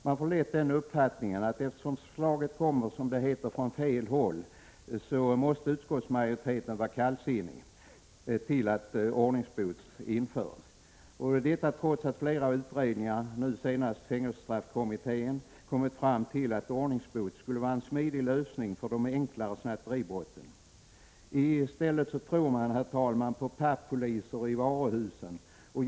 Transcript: Man får lätt uppfattningen att utskottsmajoriteten — eftersom förslaget kommer, som det heter, från fel håll — måste vara kallsinnig till att ordningsbot införs, detta trots att flera utredningar, nu senast fängelsestraffkommittén, har kommit fram till att ordningsbot skulle vara en smidig lösning för de enklare snatteribrotten. I stället tror man på ”pappoliserna” i varuhusen.